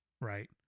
right